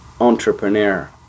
entrepreneur